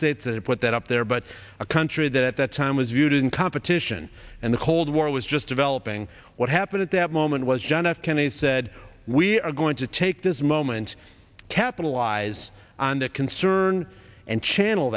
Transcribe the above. states that put that up there but a country that at that time was viewed in competition and the cold war was just developing what happened at that moment was john f kennedy said we we are going to take this moment capitalize on that concern and channel